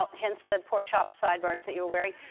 ah hence the pork chop sideburns that you were wearing.